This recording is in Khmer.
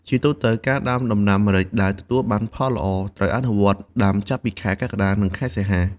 ជាទូទៅការដាំដំណាំម្រេចដែលទទួលបានលទ្ធផលល្អ ត្រូវអនុវត្តដាំចាប់ពីខែកក្កដា និងសីហា។